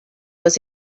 was